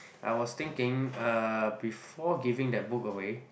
I was thinking uh before giving that book away